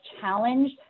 challenge